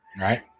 Right